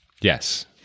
yes